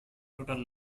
total